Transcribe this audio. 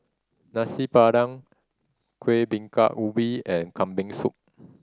Nasi Padang Kuih Bingka Ubi and Kambing Soup